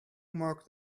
market